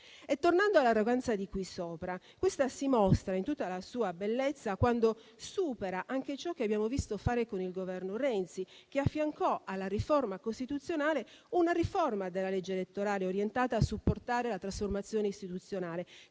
Tornando all'arroganza di cui sopra, questa si mostra in tutta la sua bellezza, quando supera anche ciò che abbiamo visto fare con il Governo Renzi, che affiancò alla riforma costituzionale una riforma della legge elettorale orientata a supportare la trasformazione istituzionale.